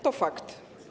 To fakt.